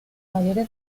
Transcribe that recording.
mayoría